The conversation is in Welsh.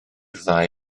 ddau